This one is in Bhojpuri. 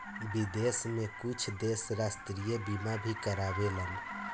विदेश में कुछ देश राष्ट्रीय बीमा भी कारावेलन